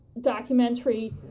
documentary